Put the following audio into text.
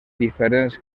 diferents